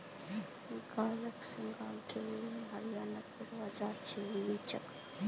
गायत साहीवाल गिर हरियाणा सिंधी प्रजाति मिला छ